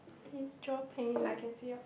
eavesdropping